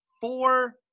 four